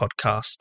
podcast